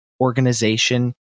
organization